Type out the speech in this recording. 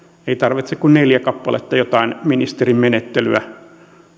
ei tarvitse olla kuin neljä kappaletta jotain ministerin menettelyä